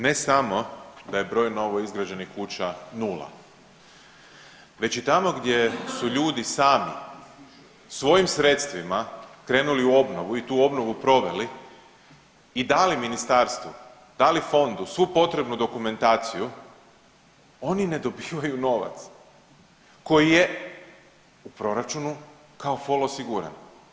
Ne samo da je broj novoizgrađenih kuća nula već i tamo gdje su ljudi sami svojim sredstvima krenuli u obnovu i tu obnovu proveli i dali ministarstvu, dali fondu svu potrebnu dokumentaciju oni ne dobivaju novac koji je u proračunu kao fol osiguran.